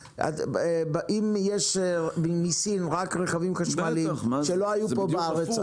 יש מסין רכבים חשמליים שלא היו פה בארץ,